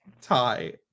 tie